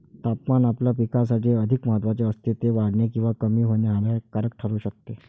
तापमान आपल्या पिकासाठी अधिक महत्त्वाचे असते, ते वाढणे किंवा कमी होणे हानिकारक ठरू शकते